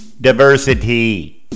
diversity